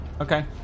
Okay